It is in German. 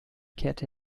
kehrte